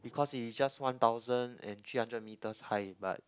because it is just one thousand and three hundred metres high but